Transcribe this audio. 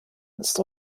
ist